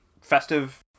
festive